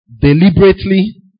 deliberately